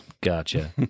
Gotcha